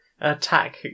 attack